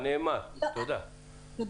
הדברים נאמרו כבר.